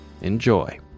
Enjoy